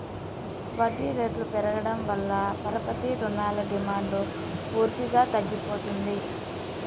వడ్డీ రేట్లు పెరగడం వల్ల పరపతి రుణాల డిమాండ్ పూర్తిగా తగ్గిపోతుంది